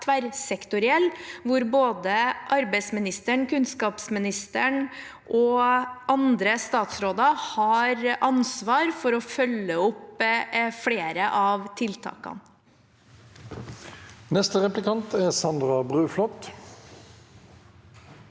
tverrsektoriell, der både arbeidsministeren, kunnskapsministeren og andre statsråder har ansvar for å følge opp flere av tiltakene. Sandra Bruflot